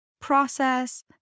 process